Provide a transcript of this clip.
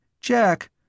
Jack